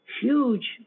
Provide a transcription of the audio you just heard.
huge